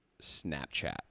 Snapchat